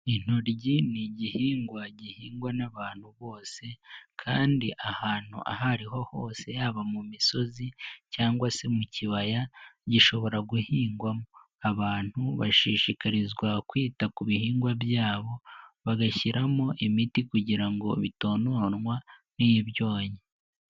Intoryi ni igihingwa gihingwa n'abantu bose kandi ahantu aho ariho hose, haba mu misozi cyangwa se mu kibaya gishobora guhingwamo. Abantu bashishikarizwa kwita ku bihingwa byabo, bagashyiramo imiti kugira ngo bitononwa n'ibyonnyi